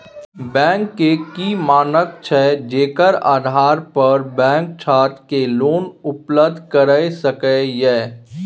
Bank के की मानक छै जेकर आधार पर बैंक छात्र के लोन उपलब्ध करय सके ये?